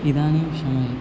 इदानीं समये